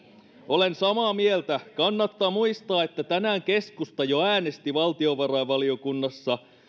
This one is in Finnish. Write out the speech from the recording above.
olen samaa mieltä kannattaa muistaa että tänään keskusta jo äänesti valtiovarainvaliokunnassa